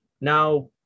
now